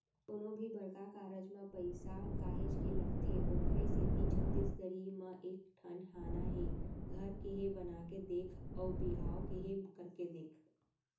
कोनो भी बड़का कारज म पइसा काहेच के लगथे ओखरे सेती छत्तीसगढ़ी म एक ठन हाना हे घर केहे बना के देख अउ बिहाव केहे करके देख